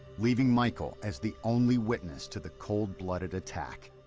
leaving michael as the only witness to the cold-blooded attack.